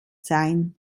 sein